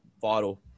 vital